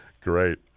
Great